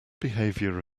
behavior